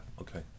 Okay